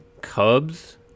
Cubs